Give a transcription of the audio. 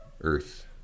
Earth